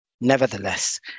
Nevertheless